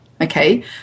okay